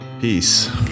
Peace